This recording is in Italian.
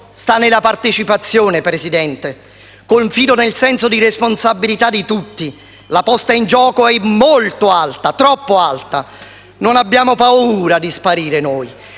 sta nella partecipazione, Presidente. Confido nel senso di responsabilità di tutti. La posta in gioco è molto alta, troppo alta. Non abbiamo paura di sparire,